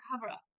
cover-up